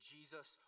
Jesus